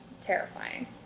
Terrifying